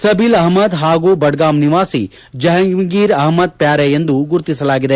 ಸಬೀಲ್ ಅಪಮದ್ ಹಾಗೂ ಬಡ್ಗಾಮ್ ನಿವಾಸಿ ಜಹಂಗೀರ್ ಅಪಮದ್ ಪ್ಟಾರೆ ಎಂದು ಗುರುತಿಸಲಾಗಿದೆ